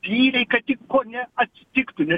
tyliai kad tik ko neatsitiktų